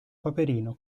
paperino